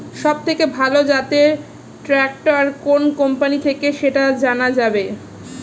সবথেকে ভালো জাতের ট্রাক্টর কোন কোম্পানি থেকে সেটা জানা যাবে?